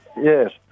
Yes